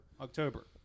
October